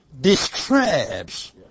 describes